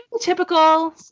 typical